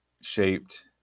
shaped